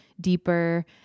deeper